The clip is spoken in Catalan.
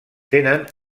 tenen